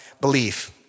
Belief